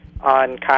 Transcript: on